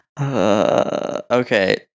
Okay